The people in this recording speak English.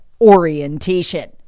orientation